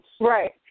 Right